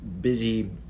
busy